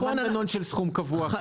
זה לא מנגנון של סכום קבוע.